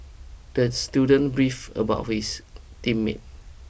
the student beef about his team mate